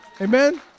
Amen